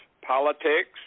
politics